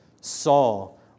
Saul